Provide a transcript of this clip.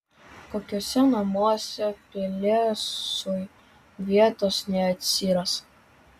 kokiuose namuose pelėsiui vietos neatsiras